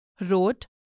wrote